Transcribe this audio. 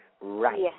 Right